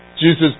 Jesus